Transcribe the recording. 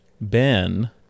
Ben